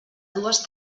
dues